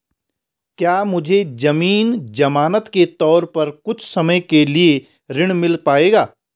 क्या मुझे ज़मीन ज़मानत के तौर पर कुछ समय के लिए ऋण मिल पाएगा?